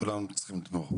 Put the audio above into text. כולם פה צריכים לתמוך בו.